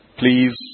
please